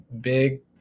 big